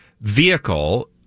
vehicle